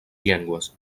llengües